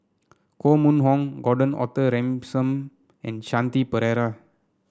Koh Mun Hong Gordon Arthur Ransome and Shanti Pereira